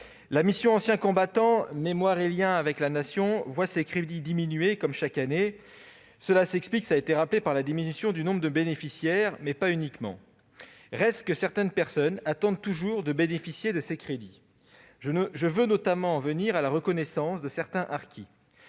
la mission « Anciens combattants, mémoire et liens avec la Nation » voit ses crédits baisser, comme chaque année. Cela s'explique par la diminution du nombre de bénéficiaires, mais pas uniquement. En tout cas, certaines personnes attendent toujours de bénéficier de ces crédits. Je pense notamment à la reconnaissance de certains harkis